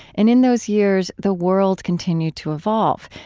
and in those years, the world continued to evolve.